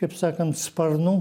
kaip sakant sparnu